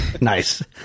Nice